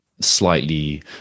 slightly